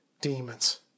demons